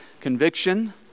conviction